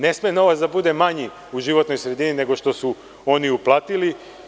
Ne sme novac da bude manji u životnoj sredini nego što su oni uplatiti.